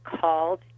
called